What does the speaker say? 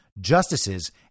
justices